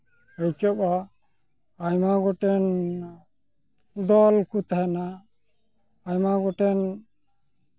ᱟᱭᱠᱟᱹᱜᱼᱟ ᱟᱭᱢᱟ ᱜᱚᱴᱮᱱ ᱫᱚᱞ ᱠᱚ ᱛᱟᱦᱮᱱᱟ ᱟᱭᱢᱟ ᱜᱚᱴᱮᱱ